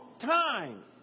time